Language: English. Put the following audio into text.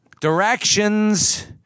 Directions